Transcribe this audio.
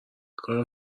کار